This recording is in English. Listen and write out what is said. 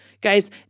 Guys